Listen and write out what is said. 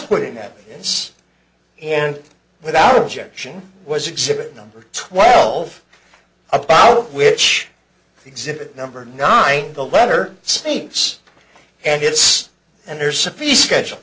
put in that yes and without objection was exhibit number twelve apollo which exhibit number nine the letter states and it's and there's a piece schedule